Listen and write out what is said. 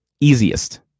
easiest